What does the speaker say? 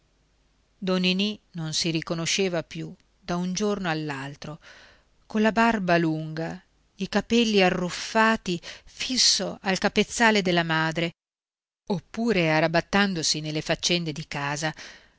ninì non si riconosceva più da un giorno all'altro colla barba lunga i capelli arruffati fisso al capezzale della madre oppure arrabattandosi nelle faccende di casa